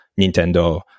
Nintendo